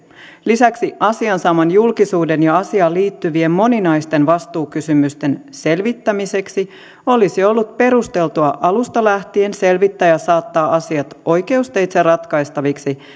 lisäksi asian saaman julkisuuden ja asiaan liittyvien moninaisten vastuukysymysten selvittämiseksi olisi ollut perusteltua alusta lähtien selvittää ja saattaa asiat oikeusteitse ratkaistaviksi